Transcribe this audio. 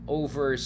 over